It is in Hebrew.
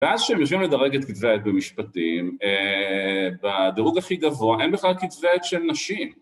ואז שהם יושבים לדרג את כתבי העת במשפטים, בדירוג הכי גבוה, אין בכלל כתבי העת של נשים.